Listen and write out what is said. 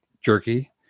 jerky